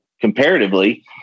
comparatively